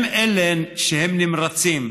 הם אלה שהם נמרצים,